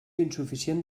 insuficient